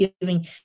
giving